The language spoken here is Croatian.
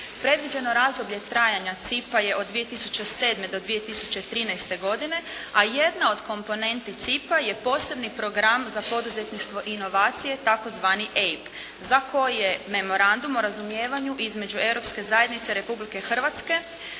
Predviđeno razdoblje trajanja CIP-a je od 2007. do 2013. godine a jedna od komponenti CIP-a je posebni Program za poduzetništvo i inovacije tzv. EIB za koji je Memorandum o razumijevanju između Europske zajednice i Republike Hrvatske